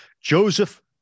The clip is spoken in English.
Joseph